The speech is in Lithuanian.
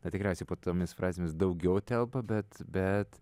na tikriausiai po tomis frazėmis daugiau telpa bet bet